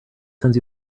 sends